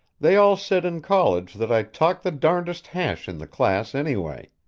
they all said in college that i talked the darnedest hash in the class, anyway.